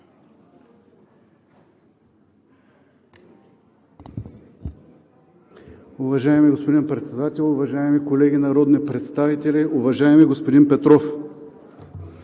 Уважаеми господин Председател, уважаеми колеги народни представители! Уважаеми господин Петров,